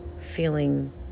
feeling